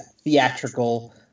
theatrical